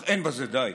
אך אין בזה די.